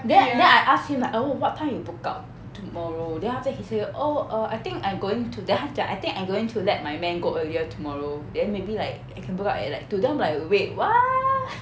then then I ask him like oh what time you book out tomorrow then after that he say oh err I think I'm going to th~ then 他讲 I think I'm going to let my man go earlier tomorrow then maybe like I can book out at two then I'm like wait what